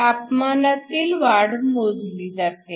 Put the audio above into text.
तापमानातील वाढ मोजली जाते